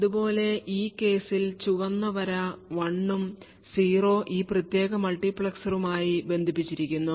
അതുപോലെഈ കേസിൽ ചുവന്ന വര 1 ഉം 0 ഈ പ്രത്യേക മൾട്ടിപ്ലക്സറിൽ ഉം ആയി ബന്ധിപ്പിച്ചിരിക്കുന്നു